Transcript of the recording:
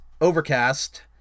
Overcast